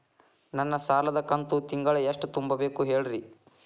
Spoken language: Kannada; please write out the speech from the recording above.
ನನ್ನ ಸಾಲದ ಕಂತು ತಿಂಗಳ ಎಷ್ಟ ತುಂಬಬೇಕು ಹೇಳ್ರಿ?